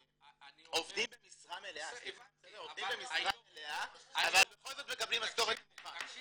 עובדים במשרה מלאה אבל בכל זאת מקבלים משכורת נמוכה.